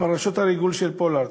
בפרשת הריגול של פולארד,